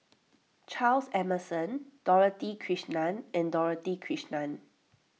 Charles Emmerson Dorothy Krishnan and Dorothy Krishnan